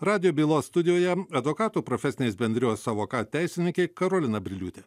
radijo bylos studijoje advokatų profesinės bendrijos sąvoka teisininkė karolina briliūtė